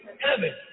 heaven